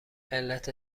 علت